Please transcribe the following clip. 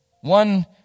one